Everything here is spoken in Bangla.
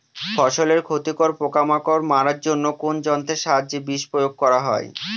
ফসলের ক্ষতিকর পোকামাকড় মারার জন্য কোন যন্ত্রের সাহায্যে বিষ প্রয়োগ করা হয়?